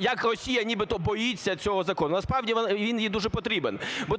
як Росія нібито боїться цього закону. Насправді, він їй дуже потрібен.